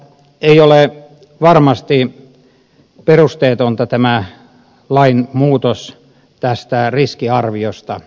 ei ole varmasti perusteeton tämä lainmuutos tästä riskiarviosta